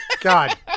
God